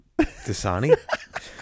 Dasani